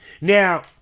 Now